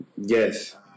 yes